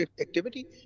activity